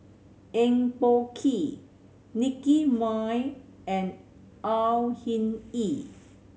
Eng Boh Kee Nicky Moey and Au Hing Yee